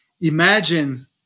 Imagine